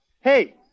Hey